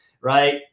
right